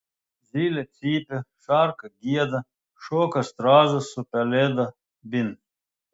zylė cypia šarka gieda šoka strazdas su pelėda bin